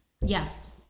Yes